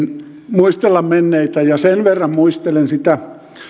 muistella menneitä ja sen verran muistelen sitä